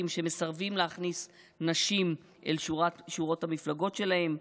שמסרבים להכניס נשים אל שורות המפלגות שלהם,